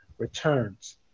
returns